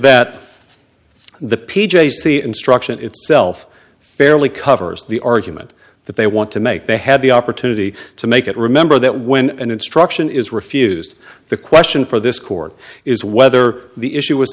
that the p j c instruction itself fairly covers the argument that they want to make they had the opportunity to make it remember that when an instruction is refused the question for this court is whether the issue was